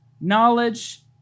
knowledge